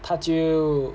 他就